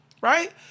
Right